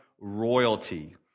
royalty